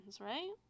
right